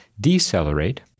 decelerate